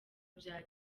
bya